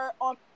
on